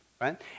right